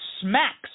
smacks